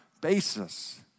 basis